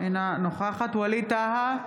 אינה נוכחת ווליד טאהא,